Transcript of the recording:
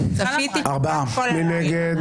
מי נגד?